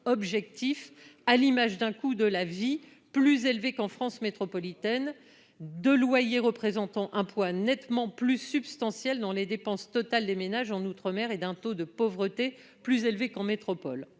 objectifs : coût de la vie plus élevé qu'en France métropolitaine, loyers représentant un poids plus substantiel dans les dépenses totales des ménages en outre-mer et taux de pauvreté plus élevé qu'en métropole.